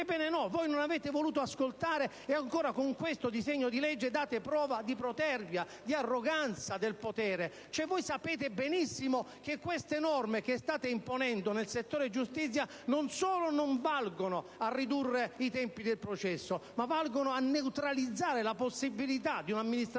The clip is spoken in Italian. Voi però non avete voluto ascoltare e ancora, con questo disegno di legge date prova di protervia e di arroganza del potere. Sapete benissimo che queste norme che state imponendo nel settore giustizia non solo non valgono a ridurre i tempi del processo, ma valgono a neutralizzare la possibilità per l'amministrazione